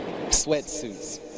sweatsuits